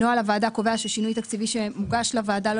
נוהל הוועדה קובע ששינוי תקציבי שמוגש לוועדה לא